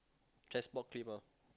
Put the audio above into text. chest box cliff ah